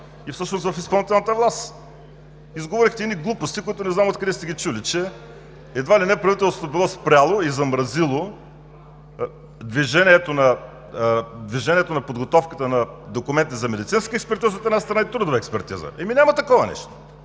всъщност и в изпълнителната власт. Изговорихте едни глупости, които не знам откъде сте ги чули, че едва ли не правителството било спряло и замразило движението на подготовката на документи за медицинска експертиза, от една страна, и трудова експертиза. Ами, няма такова нещо!